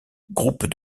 groupes